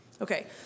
Okay